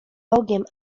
bogiem